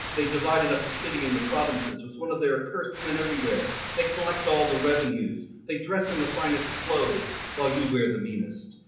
they divided up the city in the provinces was one of there cursed him and everywhere they collect all the revenues they dress in the finest clothes while you wear the meanest.